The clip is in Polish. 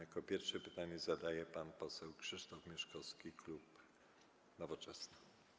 Jako pierwszy pytanie zadaje pan poseł Krzysztof Mieszkowski, klub Nowoczesna.